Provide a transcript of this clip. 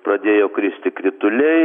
pradėjo kristi krituliai